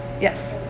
Yes